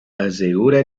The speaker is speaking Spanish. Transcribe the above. asegura